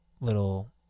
little